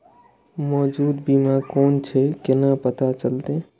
मौजूद बीमा कोन छे केना पता चलते?